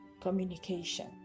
Communication